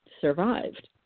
survived